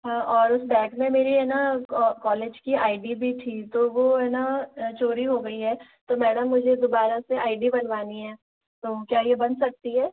और उस बैग में मेरी है न कॉलेज की आई डी भी थी तो वो है न चोरी हो गई है तो मैडम मुझे दुबारा से आई डी बनवानी है तो क्या ये बन सकती है